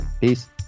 Peace